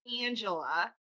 Angela